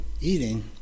eating